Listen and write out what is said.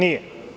Nije.